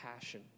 passion